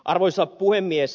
arvoisa puhemies